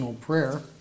Prayer